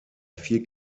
vier